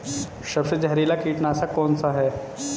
सबसे जहरीला कीटनाशक कौन सा है?